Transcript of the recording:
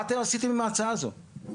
מה אתם עשיתם עם ההצעה הזאת?